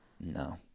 no